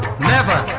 never